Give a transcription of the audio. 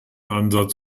ansatz